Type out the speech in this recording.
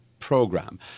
program